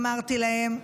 אמרתי להם,